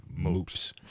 Moops